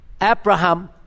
Abraham